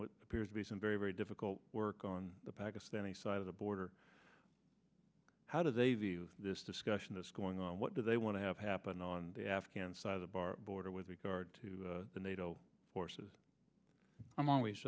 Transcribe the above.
what appears to be some very very difficult work on the pakistani side of the border how do they view this discussion this going on what do they want to have happen on the afghan side of the bar border with regard to the nato forces i'm always